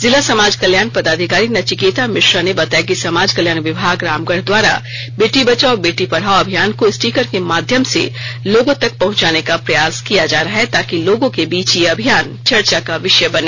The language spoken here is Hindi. जिला समाज कल्याण पदाधिकारी नचिकेता मिश्रा ने बताया कि समाज कल्याण विभाग रामगढ़ द्वारा बेटी बचाओ बेटी पढ़ाओ अभियान को स्टीकर के माध्यम से लोगों तक पहंचाने का प्रयास किया जा रहा है ताकि लोगों के बीच यह अभियान चर्चा का विषय बने